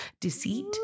deceit